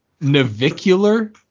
navicular